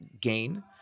gain